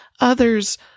others